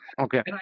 okay